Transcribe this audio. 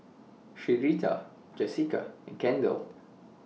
Sherita Jessica and Kendall